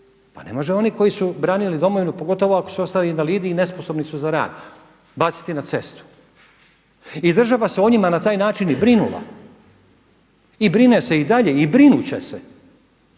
Pa ne može oni koji su branili Domovinu, pogotovo ako su ostali invalidi i nesposobni su za rad baciti na cestu. I država se o njima na taj način i brinula i brine se i dalje i brinut će se.